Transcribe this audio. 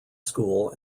school